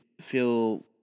feel